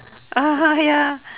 (uh huh) ya